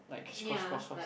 ya like